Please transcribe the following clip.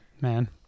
man